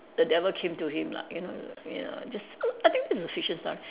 the devil came to him lah you know ya just I think it's a fiction story